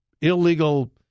illegal